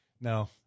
No